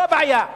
זו הבעיה.